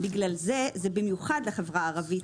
בגלל זה זה רלוונטי במיוחד לחברה הערבית.